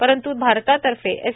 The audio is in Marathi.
परंतू भारतातर्फे एस